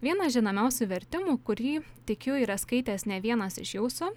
vienas žinomiausių vertimų kurį tikiu yra skaitęs ne vienas iš jūsų